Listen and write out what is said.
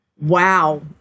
wow